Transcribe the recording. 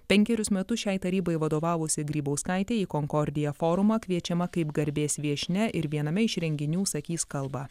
penkerius metus šiai tarybai vadovavusi grybauskaitė į konkordija forumą kviečiama kaip garbės viešnia ir viename iš renginių sakys kalbą